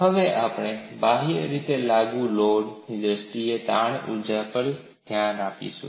હવે આપણે બાહ્ય રીતે લાગુ લોડની દ્રષ્ટિએ તાણ ઊર્જા પર પણ ધ્યાન આપશું